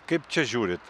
kaip čia žiūrit